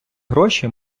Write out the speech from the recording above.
гроші